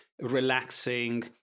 relaxing